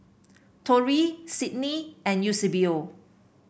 Torey Cydney and Eusebio